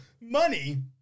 Money